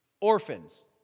orphans